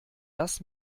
das